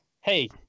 hey